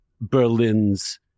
Berlin's